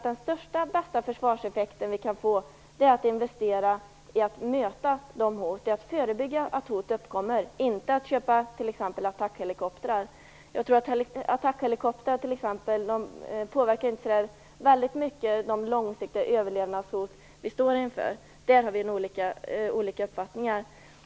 Den största och bästa försvarseffekt vi kan få är att investera i att förebygga att hot uppkommer, inte i att köpa t.ex. attackhelikoptrar. Jag tror inte att attackhelikoptrarna påverkar så väldigt mycket de långsiktiga överlevnadshot vi står inför. Där har vi olika uppfattningar.